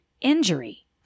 injury